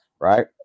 right